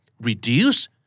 Reduce